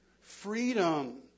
Freedom